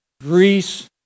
Greece